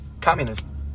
Communism